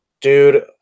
dude